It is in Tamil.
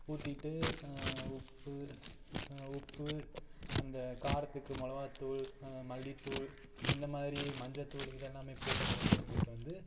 ஊற்றிட்டு உப்பு உப்பு அந்த காரத்துக்கு மிளவாத்தூள் மல்லித்தூள் இந்தமாதிரி மஞ்சத்தூள் இது எல்லாமே போட்டதுக்கப்புறமேட்டு வந்து